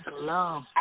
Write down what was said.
love